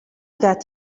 that